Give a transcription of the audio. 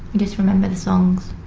just remember the songs?